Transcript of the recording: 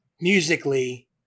musically